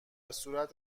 صورت